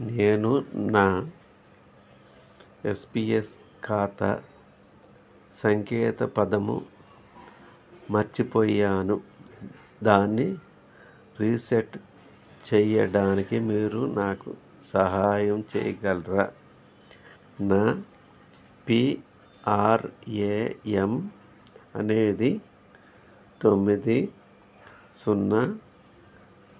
నేను నా ఎస్పిఎస్ ఖాతా సంకేతపదము మర్చిపొయాను దాన్ని రీసెట్ చేయడానికి మీరు నాకు సహాయం చేయగలరా నా పీఆర్ఏఎమ్ అనేది తొమ్మిది సున్నా